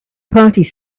party